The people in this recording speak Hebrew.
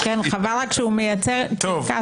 חבל רק שהוא מייצר קרקס